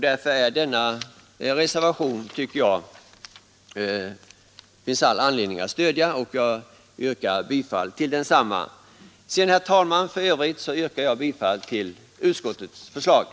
Därför tycker jag att det finns all anledning att stödja denna reservation. Jag yrkar som sagt bifall till densamma. Herr talman! I övrigt yrkar jag bifall till utskottets hemställan.